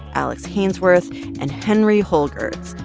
alex haynesworth and henry holdgeerts.